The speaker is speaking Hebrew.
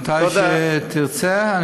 מתי שתרצה.